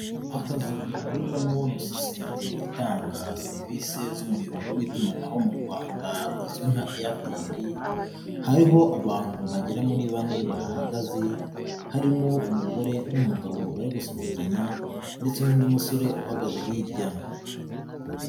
Akazu gakorerwamo na sosiyete itanga serivise z'umuyoboro w'itumanaho mu Rwanda izwi nka Airtel, hariho abantu bagera muri bane bahahagaze harimo umugore n'umugabo bari gusuhuzanya ndetse n'undi musore uhagaze hirya.